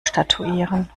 statuieren